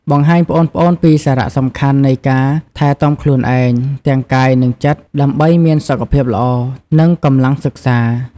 បង្ហាញប្អូនៗពីសារៈសំខាន់នៃការ ថែទាំខ្លួនឯង ទាំងកាយ និងចិត្ត ដើម្បីមានសុខភាពល្អ និងកម្លាំងសិក្សា ។